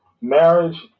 Marriage